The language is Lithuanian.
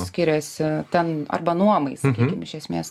skiriasi ten arba nuomai sakykim iš esmės